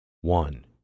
One